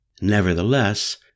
Nevertheless